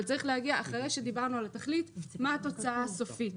אבל אחרי שדיברנו על התכלית, מה התוצאה הסופית?